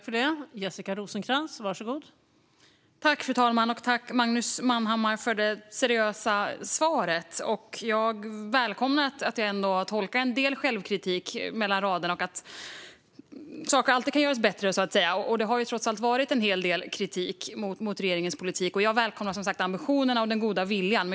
Fru talman! Tack, Magnus Manhammar, för det seriösa svaret! Jag välkomnar det jag tolkar som en del självkritik mellan raderna och att saker alltid kan göras bättre. Det har trots allt varit en hel del kritik mot regeringens politik, och jag välkomnar ambitionen och den goda viljan.